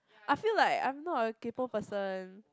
I feel like I'm not a kaypoh person